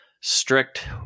strict